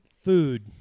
Food